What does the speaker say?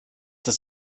das